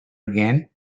again